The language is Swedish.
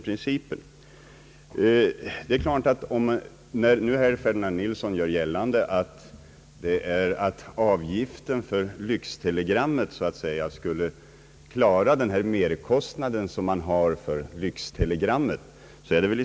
Herr Ferdinand Nilsson gör gällande att den extra avgiften för lyxtelegrammen borde räcka till för den merkostnad som uppstår.